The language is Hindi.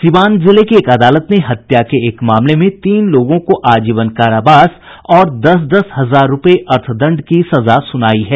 सीवान जिले की एक अदालत ने हत्या के मामले में तीन लोगों को आजीवन कारावास और दस दस हजार रुपये अर्थदंड की सजा सुनाई है